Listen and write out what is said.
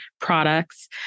products